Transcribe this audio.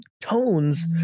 tones